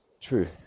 true